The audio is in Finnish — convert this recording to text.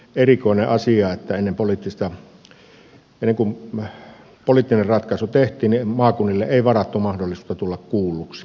tässähän on sikäli erikoinen asia että ennen kuin poliittinen ratkaisu tehtiin niin maakunnille ei varattu mahdollisuutta tulla kuulluksi